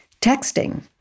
texting